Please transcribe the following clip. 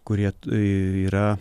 kurie yra